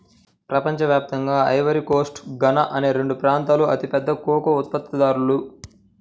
ప్రపంచ వ్యాప్తంగా Ivory Coast, Ghana అనే రెండు ప్రాంతాలూ అతిపెద్ద కోకో ఉత్పత్తిదారులు